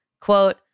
Quote